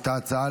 את ההצעה,